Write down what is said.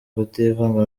kutivanga